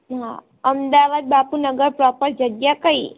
હા અમદાવાદ બાપુનગર પ્રોપર જગ્યા કઈ